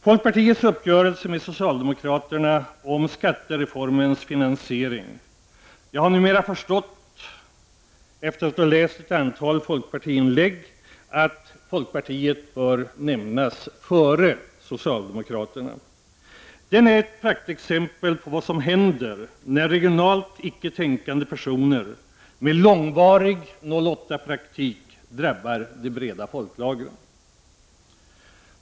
Folkpartiets uppgörelse med socialdemokraterna om skattereformens finansiering — efter att ha läst ett antal diskussionsinlägg från folkpartiet har jag förstått att folkpartiet bör nämnas före socialdemokraterna i den här frågan — är ett praktexempel på vad som händer när regionalt ”icke tänkande” personer med långvarigt s.k. 08-praktik drabbar de breda folklagen.